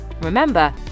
Remember